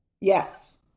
Yes